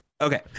Okay